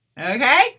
Okay